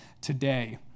today